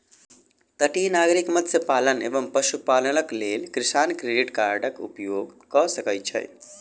तटीय नागरिक मत्स्य पालन एवं पशुपालनक लेल किसान क्रेडिट कार्डक उपयोग कय सकै छै